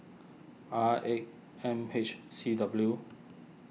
R eight M H C W